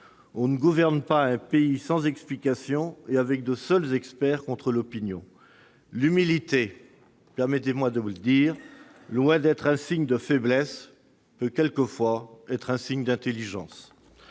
On ne gouverne pas un pays sans explications et avec les seuls experts contre l'opinion. L'humilité, permettez-moi de vous le dire, loin d'être un signe de faiblesse, peut quelquefois être un signe d'intelligence.